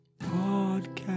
podcast